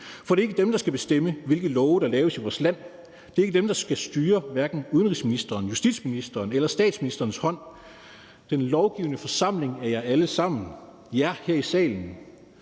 For det er ikke dem, der skal bestemme, hvilke love der laves i vores land. Det er ikke dem, der skal styre hverken udenrigsministerens, justitsministerens eller statsministerens hånd. Den lovgivende forsamling er jer alle sammen, jer her i salen,